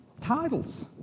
titles